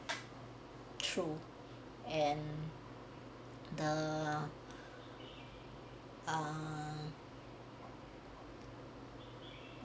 true and the uh